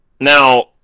Now